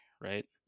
right